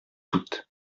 toutes